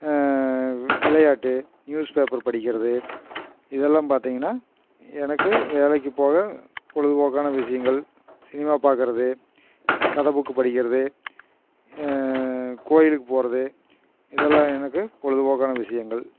விளையாட்டு newspaper படிக்கிறது இதெல்லாம் பார்த்திங்கன்னா எனக்கு வேலைக்கு போக பொழுதுபோக்கான விஷயங்கள் சினிமா பார்க்குறது கதை புக்கு படிக்கிறது கோவிலுக்கு போகிறது இதெல்லாம் எனக்கு பொழுதுபோக்கான விஷயங்கள்